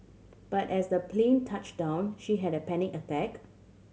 but as the plane touched down she had a panic attack